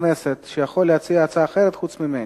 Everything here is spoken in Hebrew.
שיכול להציע הצעה אחרת, חוץ ממני.